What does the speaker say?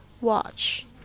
watch